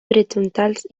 horitzontals